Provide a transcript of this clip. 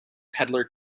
peddler